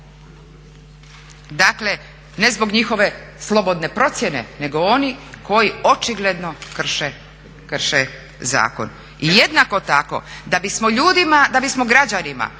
Dakle, ne zbog njihove slobodne procjene nego onih koji očigledno krše zakon. I jednako tako da bismo građanima